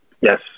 Yes